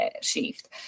shift